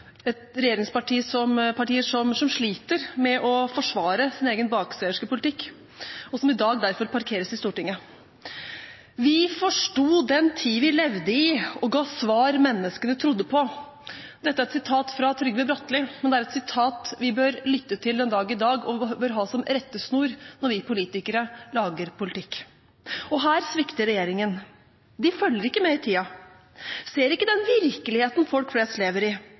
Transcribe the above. som sliter med å forsvare sin egen bakstreverske politikk, og som i dag derfor parkeres i Stortinget. «Vi forsto den tid vi levde i, og ga svar menneskene trodde på.» Dette er et sitat fra Trygve Bratteli, men det er et sitat vi bør lytte til den dag i dag og ha som rettesnor når vi politikere lager politikk. Her svikter regjeringen. De følger ikke med i tiden, ser ikke den virkeligheten folk flest lever i,